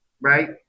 right